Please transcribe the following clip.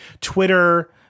Twitter